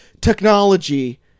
technology